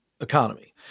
economy